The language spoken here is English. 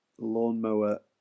lawnmower